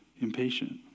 impatient